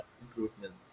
improvement